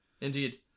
Indeed